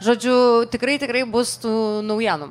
žodžiu tikrai tikrai bus tų naujienų